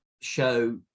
show